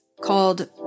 called